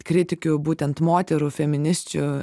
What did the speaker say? kritikių būtent moterų feminisčių